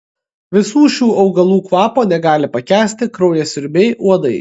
visų šių augalų kvapo negali pakęsti kraujasiurbiai uodai